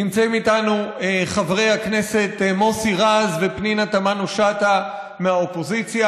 נמצאים איתנו חברי הכנסת מוסי רז ופנינה תמנו-שטה מהאופוזיציה.